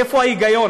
איפה ההיגיון?